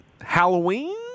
Halloween